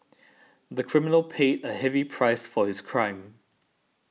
the criminal paid a heavy price for his crime